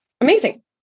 Amazing